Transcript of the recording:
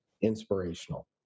inspirational